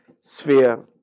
sphere